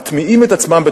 מטמיעים את עצמם,